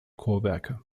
chorwerke